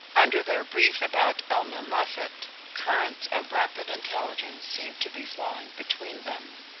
under their brief about elmer moffatt currents of rapid intelligence seemed to be flowing between them.